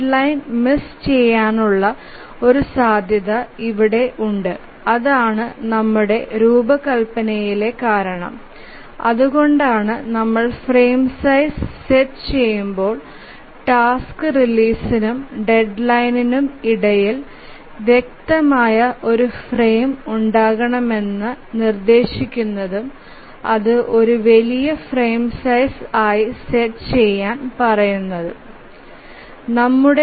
deadline miss ചെയാനുള്ള ഒരു സാധ്യത ഇവിടെ ഉണ്ട് അതാണ് നമ്മുടെ രൂപകൽപ്പനയിലെ കാരണം അതുകൊണ്ടാണ് നമ്മൾ ഫ്രെയിം സൈസ് സെറ്റ് ചെയുമ്പോൾ ടാസ്ക് റിലീസിനും ഡെഡ്ലൈനിനും ഇടയിൽ വ്യക്തമായ ഒരു ഫ്രെയിം ഉണ്ടാകണമെന്നു നിര്ദേശിക്കുന്നതും അതു ഒരു വലിയ ഫ്രെയിം സൈസ് ആയി സെറ്റ് ചെയാൻ പറയുനതും